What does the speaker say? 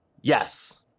Yes